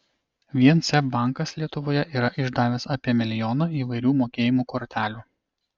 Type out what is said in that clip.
vien seb bankas lietuvoje yra išdavęs apie milijoną įvairių mokėjimo kortelių